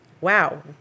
Wow